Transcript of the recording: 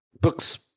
books